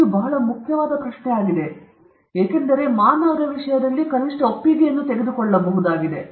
ಅದು ಬಹಳ ಮುಖ್ಯವಾದ ಪ್ರಶ್ನೆಯಾಗಿದೆ ಏಕೆಂದರೆ ಮಾನವರ ವಿಷಯದಲ್ಲಿ ಕನಿಷ್ಠ ಒಪ್ಪಿಗೆಯನ್ನು ತೆಗೆದುಕೊಳ್ಳಲಾಗಿದೆ